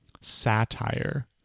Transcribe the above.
Satire